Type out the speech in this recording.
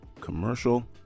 commercial